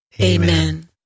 Amen